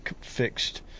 fixed